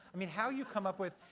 i mean, how you come up with,